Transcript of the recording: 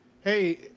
hey